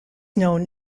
known